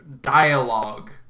dialogue